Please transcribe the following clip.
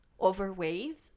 overweight